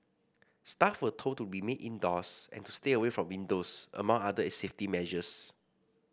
staff were told to remain indoors and to stay away from windows among other safety measures